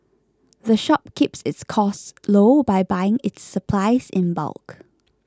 the shop keeps its costs low by buying its supplies in bulk